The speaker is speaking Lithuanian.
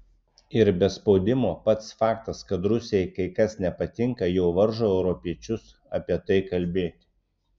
ir be spaudimo pats faktas kad rusijai kai kas nepatinka jau varžo europiečius apie tai kalbėti